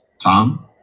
Tom